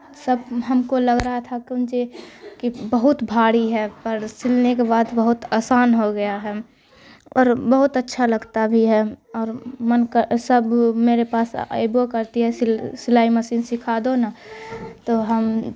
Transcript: سب ہم کو لگ رہا تھا کنجے کہ بہت بھاری ہے پر سلنے کے بعد بہت آسان ہو گیا ہے اور بہت اچھا لگتا بھی ہے اور من کر سب میرے پاس ایبو کرتی ہے سل سلائی مشین سکھا دو نا تو ہم